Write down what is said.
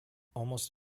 almost